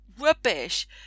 rubbish